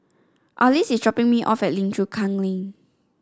Arlis is dropping me off at Lim Chu Kang Lane